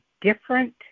different